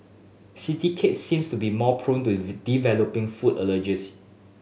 city kids seems to be more prone to developing food allergies